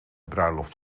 bruiloft